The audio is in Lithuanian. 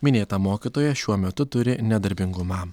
minėta mokytoja šiuo metu turi nedarbingumą